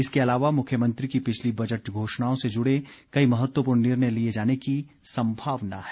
इसके अलावा मुख्यमंत्री की पिछली बजट घोषणाओं से जुड़े कई महत्त्वपूर्ण निर्णय लिये जाने की संभावना हैं